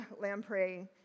lamprey